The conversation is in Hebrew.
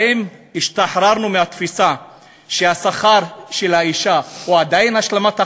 האם השתחררנו מהתפיסה שהשכר של האישה הוא עדיין השלמת הכנסה,